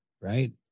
Right